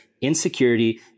insecurity